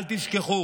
אל תשכחו